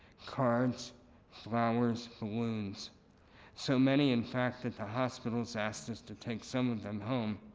cards flowers, balloons so many in fact that the hospitals asked us to take some of them home